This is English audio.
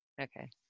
Okay